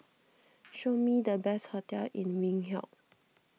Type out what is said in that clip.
show me the best hotels in Windhoek